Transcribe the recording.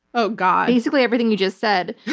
oh god. basically, everything you just said.